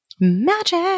magic